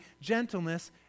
gentleness